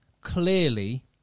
clearly